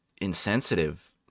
insensitive